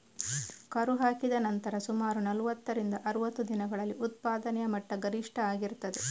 ಕರು ಹಾಕಿದ ನಂತರ ಸುಮಾರು ನಲುವತ್ತರಿಂದ ಅರುವತ್ತು ದಿನಗಳಲ್ಲಿ ಉತ್ಪಾದನೆಯ ಮಟ್ಟ ಗರಿಷ್ಠ ಆಗಿರ್ತದೆ